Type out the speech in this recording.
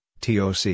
TOC